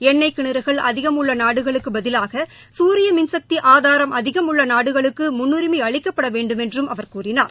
எண்ணெய் கிணறுகள் அதிகம் உள்ள நாடுகளுக்குப் பதிவாக சூரிய மின்கக்தி ஆதாரம் அதிகம் உள்ள நாடுகளுக்கு முன்னுரிமை அளிக்கப்பட வேண்டுமென்றும் அவர் கூறினார்